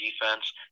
defense